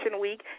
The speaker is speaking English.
Week